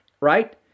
right